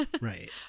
Right